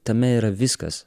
tame yra viskas